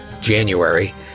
January